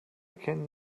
kennen